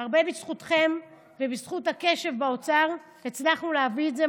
הרבה בזכותכם ובזכות הקשב באוצר הצלחנו להביא את זה,